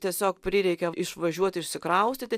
tiesiog prireikė išvažiuot išsikraustyti